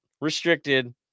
restricted